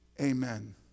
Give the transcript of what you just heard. Amen